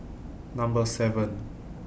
Number seven